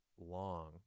long